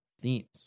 themes